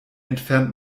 entfernt